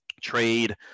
trade